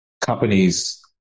Companies